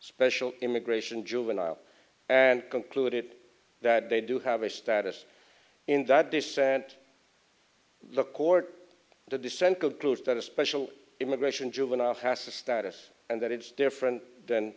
special immigration juvenile and concluded that they do have a status in that dissent the court the dissent of clothes that a special immigration juvenile has a status and that it's different than